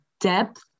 depth